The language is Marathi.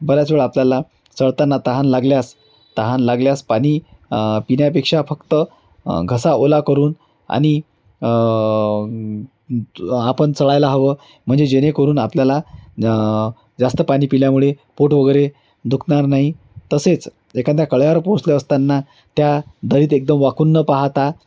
बऱ्याच वेळ आपल्याला चढताना तहान लागल्यास तहान लागल्यास पाणी पिण्यापेक्षा फक्त घसा ओला करून आणि आपण चढायला हवं म्हणजे जेणेकरून आपल्याला जास्त पाणी पिल्यामुळे पोट वगैरे दुखणार नाही तसेच एखाद्या कळ्यावर पोहोचल्या असताना त्या दरीत एकदम वाकूून न पाहता